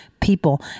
people